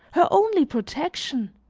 her only protection!